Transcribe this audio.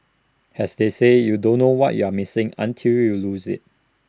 has they say you don't know what you're missing until you lose IT